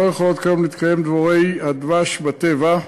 לא יכולות כיום להתקיים דבורי הדבש בטבע.